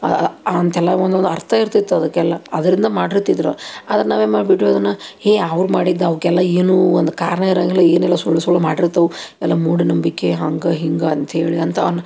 ಅಂತೆಲ್ಲ ಒಂದೊಂದು ಅರ್ಥ ಇರ್ತೈತಿ ಅದಕ್ಕೆಲ್ಲ ಅದರಿಂದ ಮಾಡಿರ್ತಿದ್ರು ಆದ್ರೆ ನಾವೇನು ಮಾಡ್ಬಿಟ್ವಿ ಅದನ್ನು ಹೇ ಅವ್ರು ಮಾಡಿದ್ದು ಅವಕ್ಕೆಲ್ಲ ಏನೋ ಒಂದು ಕಾರಣ ಇರೋಂಗಿಲ್ಲ ಏನಿಲ್ಲ ಸುಳ್ಳು ಸುಳ್ಳು ಮಾಡಿರ್ತಾವು ಎಲ್ಲ ಮೂಢನಂಬಿಕೆ ಹಂಗೆ ಹಿಂಗೆ ಅಂಥೇಳಿ ಅಂತ ಅನ್